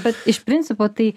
bet iš principo tai